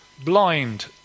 Blind